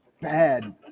bad